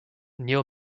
neil